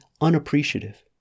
unappreciative